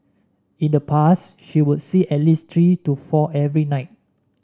in the past she would see at least three to four every night